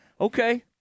Okay